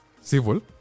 civil